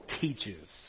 teaches